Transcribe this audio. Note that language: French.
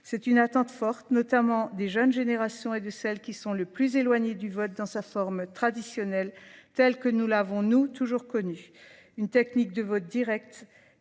C'est une attente forte, notamment des jeunes générations et de celles qui sont le plus éloignées du vote dans sa forme traditionnelle, telle que nous l'avons nous toujours connue. Une technique de vote directe